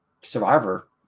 Survivor